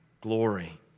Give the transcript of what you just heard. glory